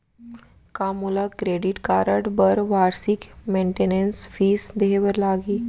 का मोला credit card बर वार्षिक मेंटेनेंस फीस देहे बर लागही?